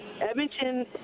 Edmonton